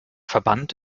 verband